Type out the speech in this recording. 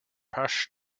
past